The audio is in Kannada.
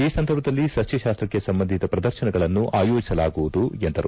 ಈ ಸಂದರ್ಭದಲ್ಲಿ ಸಸ್ನಶಾಸ್ತಕ್ಷೆ ಸಂಬಂಧಿಸಿದ ಪ್ರದರ್ಶನಗಳನ್ನೂ ಆಯೋಜಿಸಲಾಗುವುದು ಎಂದರು